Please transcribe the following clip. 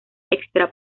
extra